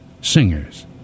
singers